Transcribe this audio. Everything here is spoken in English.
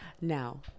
now